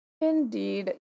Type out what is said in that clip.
Indeed